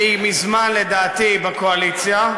שהיא מזמן, לדעתי, בקואליציה.